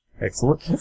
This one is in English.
Excellent